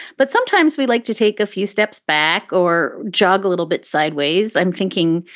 but sometimes we like to take a few steps back or jog a little bit sideways. i'm thinking,